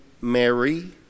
Mary